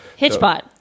Hitchbot